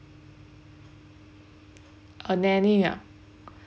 a nanny ah